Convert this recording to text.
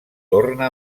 torna